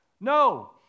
No